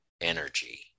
energy